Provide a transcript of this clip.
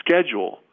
schedule